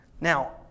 Now